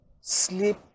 sleep